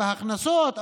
בהכנסות,